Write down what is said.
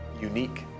unique